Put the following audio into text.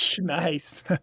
Nice